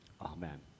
Amen